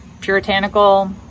Puritanical